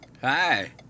Hi